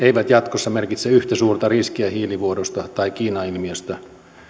eivät jatkossa merkitse yhtä suurta riskiä hiilivuodosta tai kiinailmiöstä